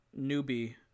newbie